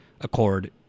Accord